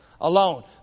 alone